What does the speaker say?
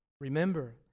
remember